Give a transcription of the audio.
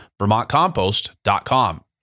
vermontcompost.com